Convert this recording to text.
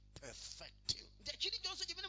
perfecting